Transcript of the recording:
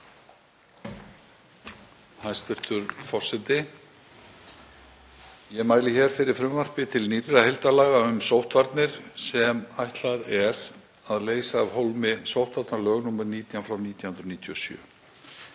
Hæstv. forseti. Ég mæli hér fyrir frumvarpi til nýrra heildarlaga um sóttvarnir sem ætlað er að leysa af hólmi sóttvarnalög nr. 19/1997.